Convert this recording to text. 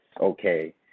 okay